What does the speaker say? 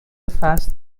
فصل